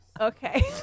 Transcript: Okay